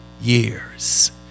years